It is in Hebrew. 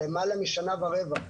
למעלה משנה ורבע.